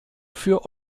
für